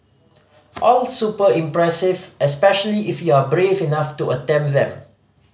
all super impressive especially if you are brave enough to attempt them